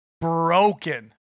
broken